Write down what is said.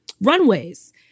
runways